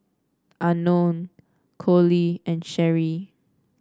unknown Coley and Sherie